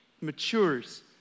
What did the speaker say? matures